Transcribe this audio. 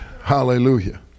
Hallelujah